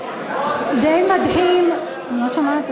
אתה יושב-ראש לא הגון, אתה לא מאוזן.